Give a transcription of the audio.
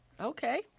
okay